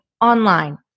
online